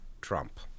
Trump